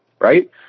right